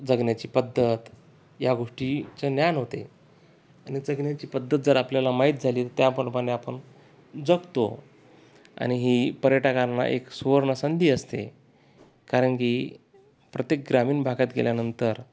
जगण्याची पद्धत या गोष्टीचे ज्ञान होते आणि जगण्याची पद्धत जर आपल्याला माहीत झाली त्याप्रमाणे आपण जगतो आणि ही पर्यटकांना एक सुवर्णसंधी असते कारण की प्रत्येक ग्रामीण भागात गेल्यानंतर